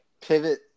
pivot